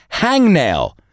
Hangnail